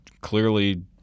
clearly